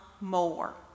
more